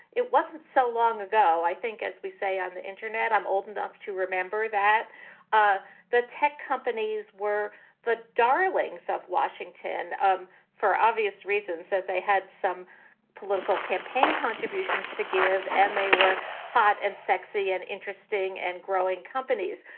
it wasn't so long ago, i think, as we say on the internet, i'm old enough to remember that ah the tech companies were the darlings of washington um for obvious reasons, that they had some political campaign contributions to give, and they were hot and sexy and interesting and growing companies.